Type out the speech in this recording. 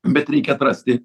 bet reikia atrasti